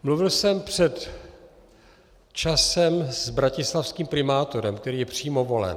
Mluvil jsem před časem s bratislavským primátorem, který je přímo volen.